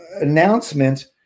announcement